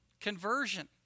Conversion